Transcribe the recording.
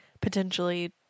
potentially